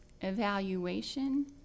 evaluation